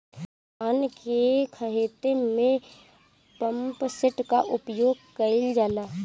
धान के ख़हेते में पम्पसेट का उपयोग कइल जाला?